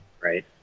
right